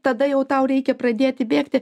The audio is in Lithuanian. tada jau tau reikia pradėti bėgti